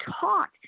taught